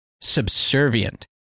subservient